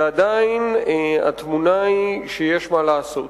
ועדיין התמונה היא שיש מה לעשות,